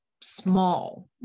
small